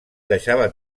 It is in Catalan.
deixava